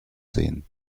sehen